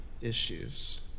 issues